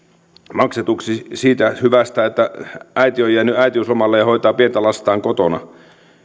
maksetuksi siitä hyvästä että äiti on on jäänyt äitiyslomalle ja hoitaa pientä lastaan kotona